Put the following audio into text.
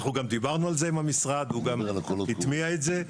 אנחנו גם דיברנו על עם המשרד, והוא הטמיע את זה.